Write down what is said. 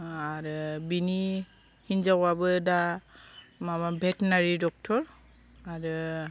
आरो बिनि हिनजावाबो दा माबा भेटनारि ड'क्टर आरो